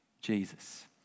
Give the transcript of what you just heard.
Jesus